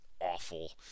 awful